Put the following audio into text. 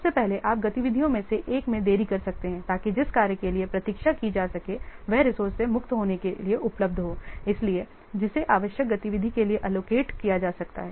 सबसे पहले आप गतिविधियों में से एक में देरी कर सकते हैं ताकि जिस कार्य के लिए प्रतीक्षा की जा सके वह रिसोर्से के मुक्त होने के लिए उपलब्ध हो इसलिए जिसे आवश्यक गतिविधि के लिए एलोकेट किया जा सकता है